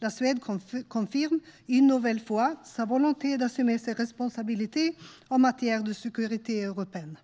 la Suède confirme une nouvelle fois sa volonté d'assumer ses responsabilités en matière de sécurité européenne."